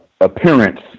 appearance